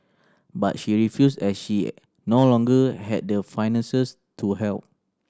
but she refused as she no longer had the finances to help